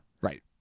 Right